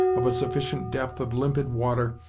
of a sufficient depth of limpid water,